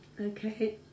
Okay